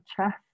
chest